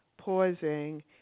pausing